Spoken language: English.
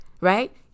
right